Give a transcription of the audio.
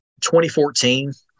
2014